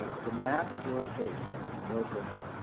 ah the map of your face and in your brain,